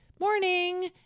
morning